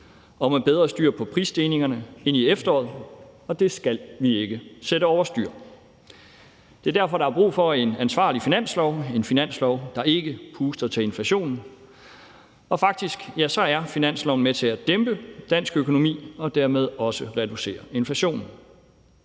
og med bedre styr på prisstigningerne end i efteråret, og det skal vi ikke sætte over styr. Det er derfor, der er brug for en ansvarlig finanslov, en finanslov, der ikke puster til inflationen. Og faktisk er finansloven med til at dæmpe dansk økonomi og dermed også reducere inflationen.